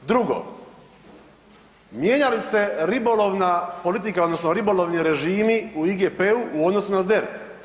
Drugo, mijenja li se ribolovna politika odnosno ribolovni režimi u IGP-u u odnosu na ZERP?